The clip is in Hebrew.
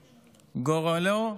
גורלו,